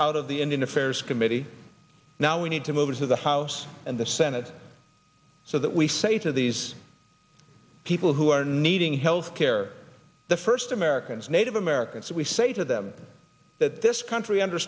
out of the indian affairs committee now we need to move it to the house and the senate so that we say to these people who are needing health care the first americans native american so we say to them that this country under